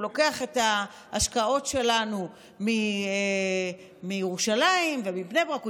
והוא לוקח את ההשקעות שלנו מירושלים ומבני ברק.